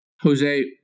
Jose